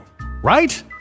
Right